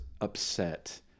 upset